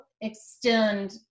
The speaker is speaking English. extend